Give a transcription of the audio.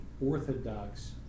orthodox